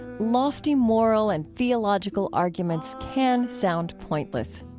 lofty moral and theological arguments can sound pointless.